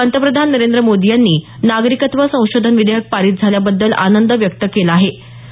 पंतप्रधान नरेंद्र मोदी यांनी नागरिकता संशोधन विधेयक पारित झाल्याबद्दल आनंद व्यक्त केला आाहो